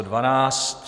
12.